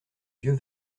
vieux